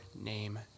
name